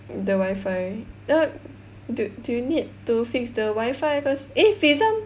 the wifi the dude do you need to fix the wifi first eh Firzam